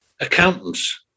accountants